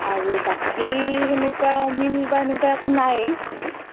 আৰু বাকী সেনেকুৱা মিল বা সেনেকুৱা একো নাই